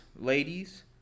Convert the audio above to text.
ladies